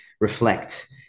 reflect